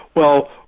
well,